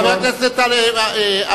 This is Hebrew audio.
חבר כנסת אגבאריה,